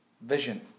vision